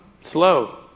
slow